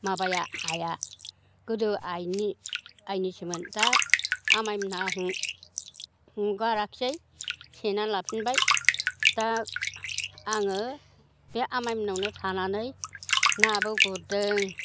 माबाया हाया गोदो आइनि आइनिसोमोन दा आमायमोनहा हंगाराखिसै सेनानै लाफिनबाय दा आङो बे आमायमोननावनो थानानै नाबो गुरदों